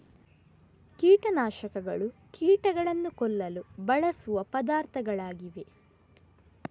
ಕೀಟ ನಾಶಕಗಳು ಕೀಟಗಳನ್ನು ಕೊಲ್ಲಲು ಬಳಸುವ ಪದಾರ್ಥಗಳಾಗಿವೆ